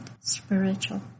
spiritual